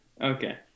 Okay